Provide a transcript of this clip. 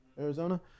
Arizona